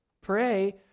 Pray